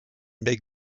make